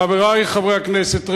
חברי חברי הכנסת,